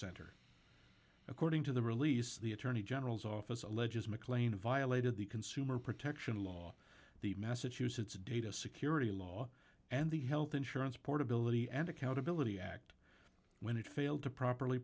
center according to the release the attorney general's office alleges mclean violated the consumer protection law the massachusetts data security law and the health insurance portability and accountability act when it failed to properly